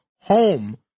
home